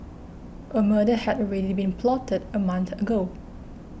a murder had already been plotted a month ago